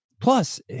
Plus